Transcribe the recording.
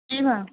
कि भाव